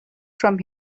from